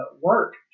work